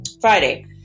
Friday